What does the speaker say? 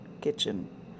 kitchen